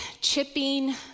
chipping